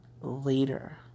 later